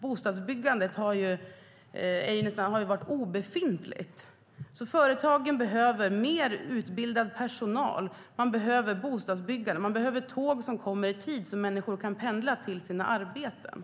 Bostadsbyggandet har varit nästan obefintligt.